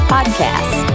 Podcast